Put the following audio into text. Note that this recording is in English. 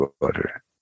water